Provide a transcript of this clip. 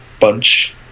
bunch